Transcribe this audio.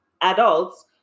adults